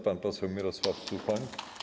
Pan poseł Mirosław Suchoń.